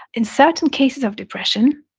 in certain cases of depression,